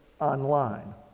online